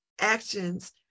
actions